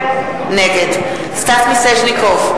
נגד סטס מיסז'ניקוב,